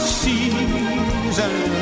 season